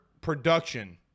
production